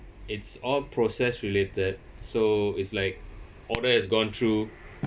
it's all process related so is like order has gone through